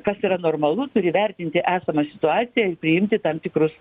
kas yra normalu turi vertinti esamą situaciją priimti tam tikrus